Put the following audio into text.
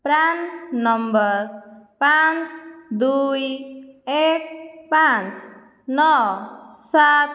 PRAN number ପାଞ୍ଚ ଦୁଇ ଏକ ପାଞ୍ଚ ନଅ ସାତ